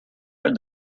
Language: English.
read